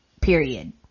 period